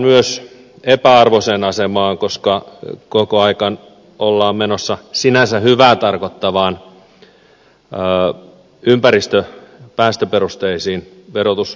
myös autoilua lyödään epätasa arvoiseen asemaan koska koko aika ollaan menossa sinänsä hyvää tarkoittaviin ympäristö päästöperusteisiin verotuslinjoihin